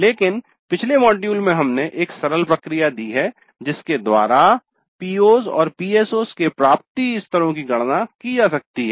लेकिन पिछले मॉड्यूल में हमने एक सरल प्रक्रिया दी है जिसके द्वारा PO's और PSO's के प्राप्ति स्तरों की गणना की जा सकती है